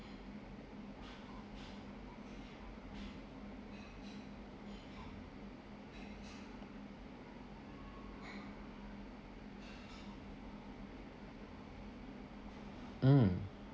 mm